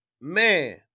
Man